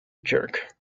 jerk